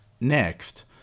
Next